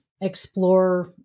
explore